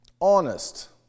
honest